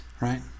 right